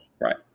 Right